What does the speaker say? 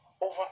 over